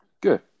Good